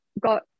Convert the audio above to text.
got